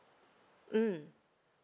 mm